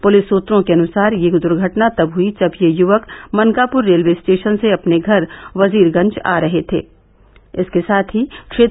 police सूत्रों के अनुसार यह दुर्घटना तब हुई जब ये युवक मनकापुर रेलवे स्टेषन से अपने घर वजीरगंज आ रहे थे